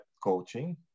coaching